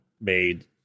made